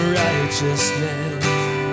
righteousness